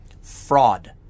fraud